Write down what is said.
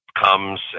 comes